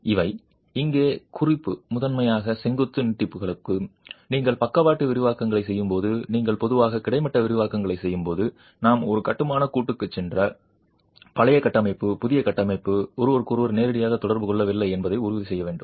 இவை இங்கே குறிப்பு முதன்மையாக செங்குத்து நீட்டிப்புகளுக்கு நீங்கள் பக்கவாட்டு விரிவாக்கங்களைச் செய்யும்போது நீங்கள் பொதுவாக கிடைமட்ட விரிவாக்கங்களைச் செய்யும்போது நாம் ஒரு கட்டுமான கூட்டுக்குச் சென்று பழைய கட்டமைப்பும் புதிய கட்டமைப்பும் ஒருவருக்கொருவர் நேரடியாக தொடர்பு கொள்ளவில்லை என்பதை உறுதி செய்வோம்